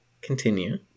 Continue